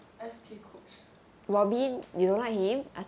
S_K coach